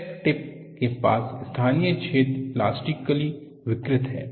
crack tip के पास स्थानीय क्षेत्र प्लास्टिकली विकृत है